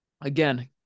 Again